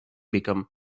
become